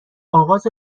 آغاز